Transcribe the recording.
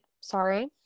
sorry